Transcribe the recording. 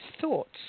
thoughts